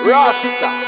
Rasta